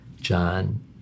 John